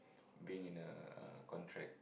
being in a uh contract